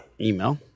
email